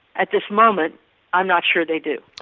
at this moment i'm not sure they do.